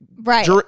Right